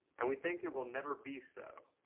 and we think it will never be so.